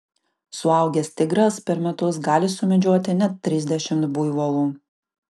suaugęs tigras per metus gali sumedžioti net trisdešimt buivolų